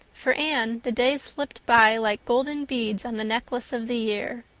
for anne the days slipped by like golden beads on the necklace of the year.